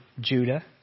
Judah